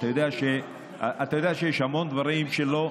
אתה יודע שיש המון דברים שלא,